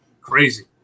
crazy